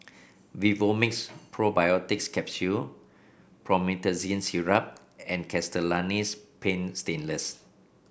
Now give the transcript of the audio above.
Vivomixx Probiotics Capsule Promethazine Syrup and Castellani's Paint Stainless